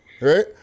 Right